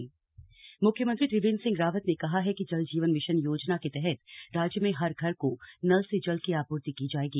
मख्यमंत्री बागेश्वर म्ख्यमंत्री त्रिवेंद्र सिंह रावत ने कहा है कि जल जीवन मिशन योजना के तहत राज्य में हर घर को नल से जल की आपूर्ति की जाएगी